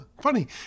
Funny